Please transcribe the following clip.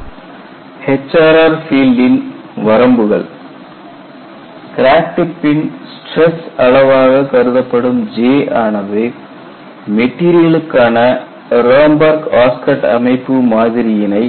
HRR Field Limitations HRR ஃபீல்டின் வரம்புகள் crack டிப்பின் ஸ்டிரஸ் அளவாக கருதப்படும் J ஆனது மெட்டீரியலுக்கான ராம்பெர்க் ஆஸ்கட் அமைப்பு மாதிரியினை